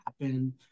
happen